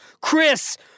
Chris